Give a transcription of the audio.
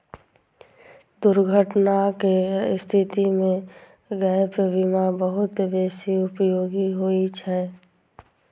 दुर्घटनाक स्थिति मे गैप बीमा बहुत बेसी उपयोगी होइ छै